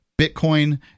Bitcoin